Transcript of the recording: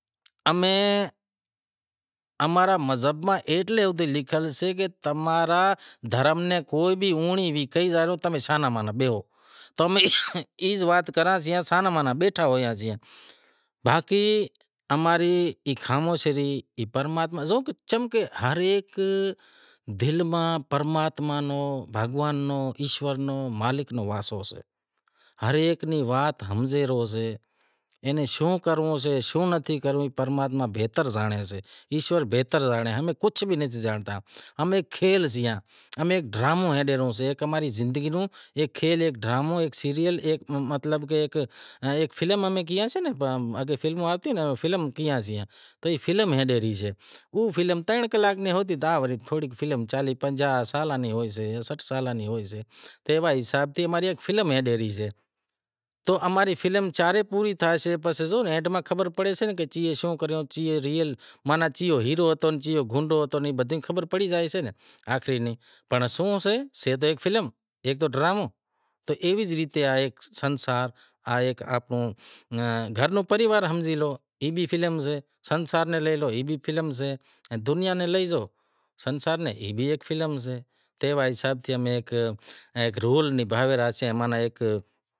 اماں میں تعلیم نیں جام میں جام کمی سے، اینا ہاروں تھے امیں ٹھاکر تو کہورایاسیاں پدوی بھی موٹی زڑی سے پنڑ امارا جیکو لچھنڑ سیں یعنی کہ اماں میں جیکو تعلیم سے بلکل زیرو برابر سے، چار ورنڑ کیتا ایں، برہمنڑ کھتری ویش شودر ایئاں ماں شیوادھاری شودر شیوادہاری ماں آوے سیئاں، امیں شیوادہاری سیئاں لیکن دھرم رے حساب سیں امیں زیرو سیئاں، حالانکہ محنت بھی گھنڑی کراں سیئاں کرم کراسیئاں لیکن ظاہر اے وات آوے سے شعور نیں بدہی نیں تا رے ای وات چھیڑے پرہی زائے سیئاں پنڑ او زیرو تھئی گیاسیں، اماری اپیل ای سے کہ مہربانی کرے اماری جیکا بھی ٹھاکر برادری سے تو ایئاں نیں تعلیم ضروری ڈینڑ کھپے۔ ائیں بیزی وات دھرم ماتھے زو تعلیم ہوسے تو دھرم نیں ہمزاواں ری کوئی مشکل ناں تھی، پنڑ تعلیم ناں تھی تو چم دھرم نیں ہمزی شگشاں زم زم ای راستے ماتھے ہالی شگشاں تو مسئلو تو ای سے کہ تعلیم بھی نتھی، دھرم ماتھے ہلنڑو بھی سے انسان بھی تھو سے دھرم ماتھے ہلنڑو سے تعلیم بھی نتھی، چلو امارا مانڑاں ایوا بھی سیں جیکے دھرم ناں مانیں سے چم کہ بحران سے، دھرم رے بارے، دھرم ری رکھشا تو کریسے۔